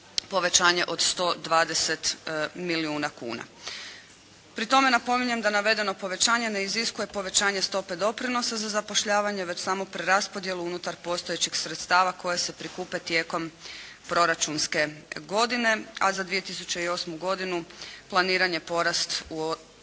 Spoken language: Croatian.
povećanje od 120 milijuna kuna. Pri tome napominjem da navedeno povećanje ne iziskuje povećanje stope doprinosa za zapošljavanje, već samo preraspodjelu unutar postojećih sredstava koje se prikupe tijekom proračunske godine, a za 2008. godinu planiran je porast u postotku